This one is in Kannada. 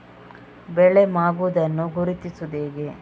ಬೆಳೆ ಮಾಗುವುದನ್ನು ಗುರುತಿಸುವುದು ಹೇಗೆ?